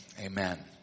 Amen